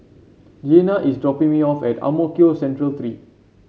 Giana is dropping me off at Ang Mo Kio Central Three